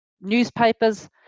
newspapers